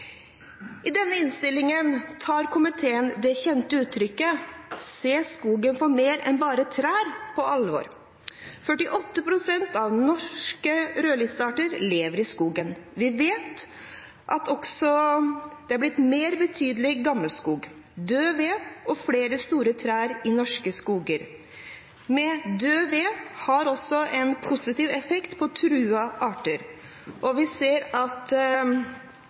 I denne innstillingen tar komiteen det kjente utrykket «se skogen for mer enn bare trær» på alvor. 48 pst. av norske rødlistarter lever i skogen. Vi vet også at det har blitt betydelig mer gammelskog, død ved og flere store trær i norske skoger. Mer død ved har en positiv effekt for truede arter, og vi ser nå – og jeg vil si heldigvis – at